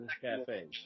Cafe